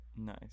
Nice